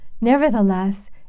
nevertheless